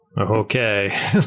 Okay